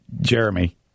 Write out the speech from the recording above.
Jeremy